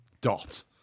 dot